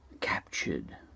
captured